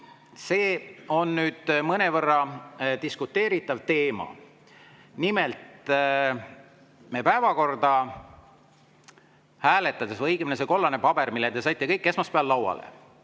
see on mõnevõrra diskuteeritav teema. Nimelt, me päevakorda hääletades … Õigemini, seal kollasel paberil, mille te saite kõik esmaspäeval lauale,